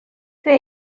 für